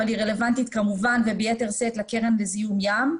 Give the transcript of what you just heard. אבל היא רלוונטית כמובן וביתר שאת לקרן לזיהום ים,